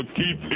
keep